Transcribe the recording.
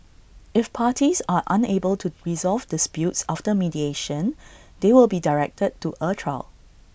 if parties are unable to resolve disputes after mediation they will be directed to A trial